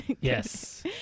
Yes